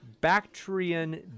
Bactrian